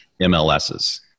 MLSs